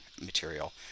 material